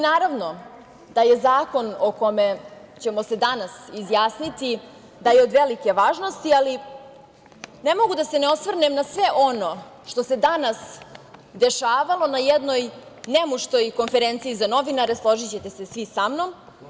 Naravno da je zakon o kome ćemo se danas izjasniti od velike važnosti, ali ne mogu a da se ne osvrnem na sve ono što se danas dešavalo na jednoj nemuštoj konferenciji za novinare, složićete se svi sa mnom.